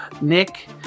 Nick